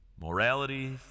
Morality